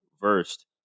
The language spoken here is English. versed